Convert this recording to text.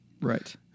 Right